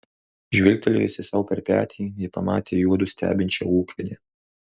žvilgtelėjusi sau per petį ji pamatė juodu stebinčią ūkvedę